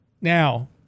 Now